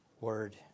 word